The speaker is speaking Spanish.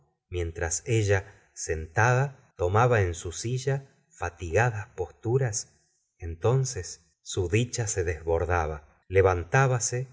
mientras ella sentada tomaba en su silla fatigadas posturas entonces su dicha se desbordaba levantábase la